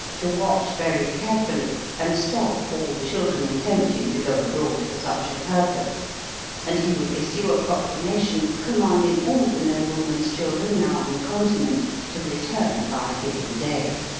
to watch very carefully and stop all children attempting to go abroad for such a purpose and he would issue a proclamation commanding all the noblemen's children now on the continent to return by a given day.